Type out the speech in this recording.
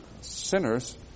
sinners